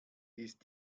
ist